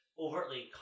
overtly